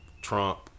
Trump